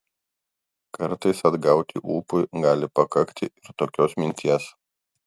kartais atgauti ūpui gali pakakti ir tokios minties